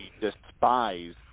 despise